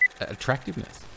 attractiveness